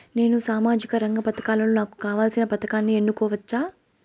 నేను సామాజిక రంగ పథకాలలో నాకు కావాల్సిన పథకాన్ని ఎన్నుకోవచ్చా?